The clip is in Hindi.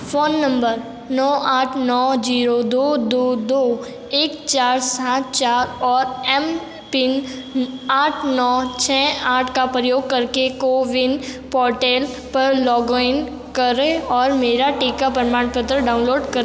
फ़ोन नम्बर नौ आठ नौ ज़ीरो दो दो दो एक चार सात चार और एम पिन आठ नौ छः आठ का प्रयोग करके कोविन पोर्टल पर लॉगिन करें और मेरा टीका प्रमाणपत्र डाउनलोड करें